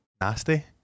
nasty